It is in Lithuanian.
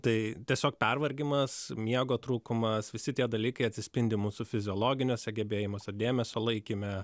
tai tiesiog pervargimas miego trūkumas visi tie dalykai atsispindi mūsų fiziologiniuose gebėjimas dėmes sulaikyme